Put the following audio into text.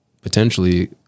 potentially